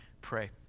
pray